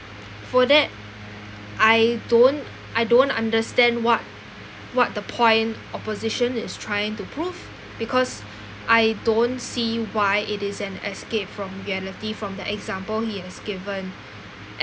for that I don't I don't understand what what the point opposition is trying to prove because I don't see why it is an escape from reality from the example he has given